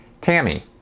Tammy